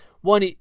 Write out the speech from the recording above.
One